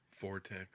Vortex